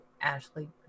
Ashley